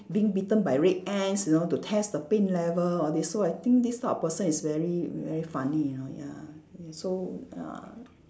being bitten by red ants you know to test the pain level all this so I think this sort of person is very very funny you know ya y~ so ya